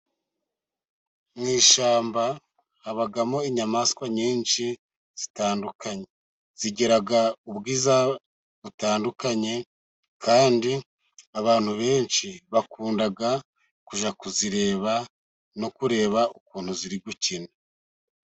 Mu ishyamba habamo inyamaswa nyinshi zitandukanye, zigira ubwiza butandukanye kandi abantu benshi bakundaga kujya kuzireba, no kureba ukuntu ziri gukina.